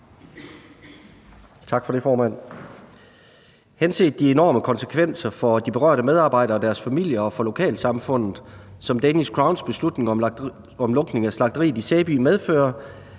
Hvelplund (EL): Henset til de enorme konsekvenser for de berørte medarbejdere og deres familier og for lokalsamfundet, som Danish Crowns beslutning om lukning af slagteriet i Sæby medfører,